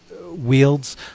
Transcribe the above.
wields